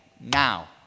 now